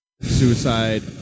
Suicide